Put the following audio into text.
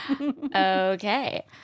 Okay